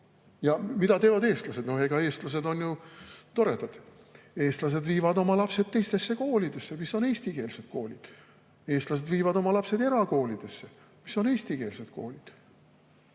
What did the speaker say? Ja mida teevad eestlased? Eestlased on ju toredad, nemad viivad oma lapsed teistesse koolidesse, mis on eestikeelsed koolid. Eestlased viivad oma lapsed erakoolidesse, mis on eestikeelsed koolid.